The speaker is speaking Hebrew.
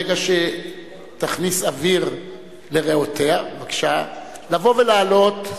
ברגע שתכניס אוויר לריאותיה, לבוא ולעלות,